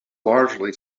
largely